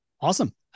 Awesome